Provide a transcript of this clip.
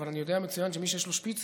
אבל אני יודע מצוין שמי שיש לו שפיצים,